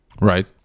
Right